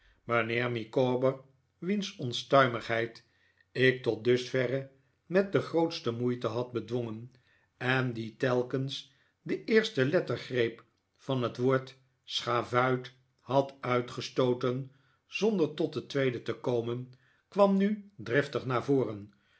mijnheer micawber wiens onstuimigheid ik tot dusverre met de grootste moeite had bedwpngen en die telkens de eerste lettergreep van het woord schavuit had uitgestooten zonder tot de tweede te komen kwam nu driftig naar voren